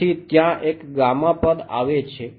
તેથી ત્યાં એક ગામા છે